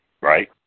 right